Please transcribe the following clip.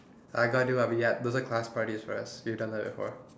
I got do what we had little class parties be at you done that before